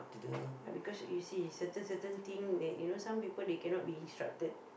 right because you see certain certain thing that you know some people they cannot be instructed